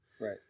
Right